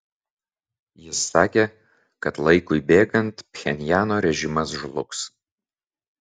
jis sakė kad laikui bėgant pchenjano režimas žlugs